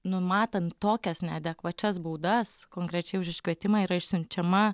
numatant tokias neadekvačias baudas konkrečiai už iškvietimą yra išsiunčiama